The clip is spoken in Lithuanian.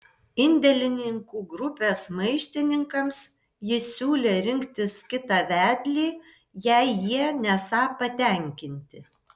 indėlininkų grupės maištininkams jis siūlė rinktis kitą vedlį jei jie nesą patenkinti